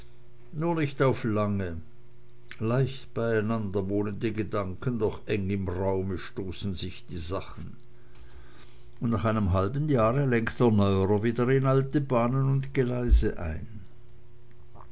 nur nicht auf lange leicht beieinander wohnen die gedanken doch eng im raume stoßen sich die sachen und nach einem halben jahre lenkt der neuerer wieder in alte bahnen und geleise ein